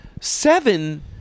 Seven